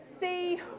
see